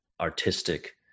artistic